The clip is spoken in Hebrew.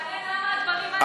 אבל תענה למה הדברים האלה לא,